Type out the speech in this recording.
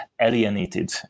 alienated